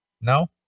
No